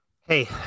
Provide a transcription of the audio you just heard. Hey